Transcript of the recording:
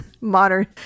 modern